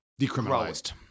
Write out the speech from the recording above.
decriminalized